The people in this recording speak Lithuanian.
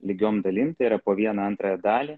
lygiom dalim tai yra po vieną antrąją dalį